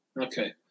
okay